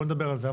בואו נדבר על זה.